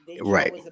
Right